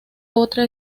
otra